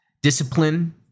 discipline